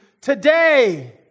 today